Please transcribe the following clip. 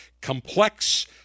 Complex